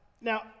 Now